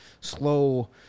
slow